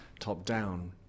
top-down